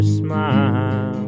smile